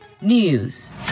News